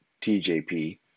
TJP